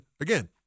again